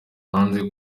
hanze